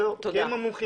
כי הם המומחים.